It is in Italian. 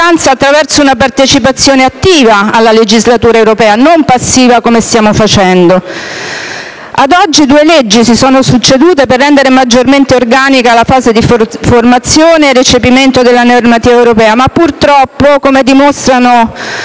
attraverso una partecipazione attiva alla legislatura europea, e non passiva, come stiamo facendo. Ad oggi due leggi si sono succedute per rendere maggiormente organica la fase di formazione e recepimento della normativa europea, ma purtroppo - come dimostrano